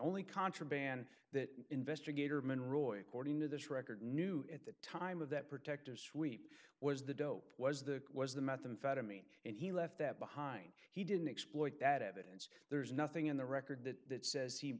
only contraband that investigator men roid cording to this record knew at the time of that protective sweep was the dope was the was the methamphetamine and he left that behind he didn't exploit that evidence there's nothing in the record that says he